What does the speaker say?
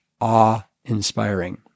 awe-inspiring